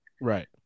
right